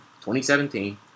2017